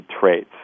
traits